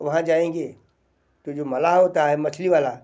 वहाँ जाएंगे तो जो मलाह होता है मछली वाला